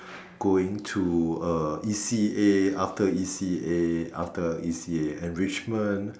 going to a E_C_A after E_C_A after E_C_A enrichment